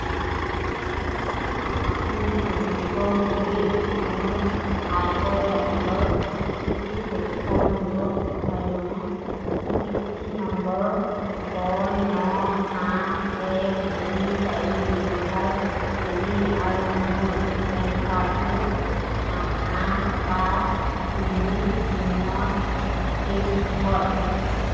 আপুনি অনুগ্ৰহ কৰি মই আয়কৰ দাখিলৰ স্থিতি পৰীক্ষা কৰিব পাৰিবনে স্বীকৃতি নম্বৰ ছয় ন আঠ এক দুই চাৰি ব্যৱহাৰ কৰি আৰু মোৰ পেন কাৰ্ডটো আঠ পাঁচ তিনি শূন্যত শেষ হয়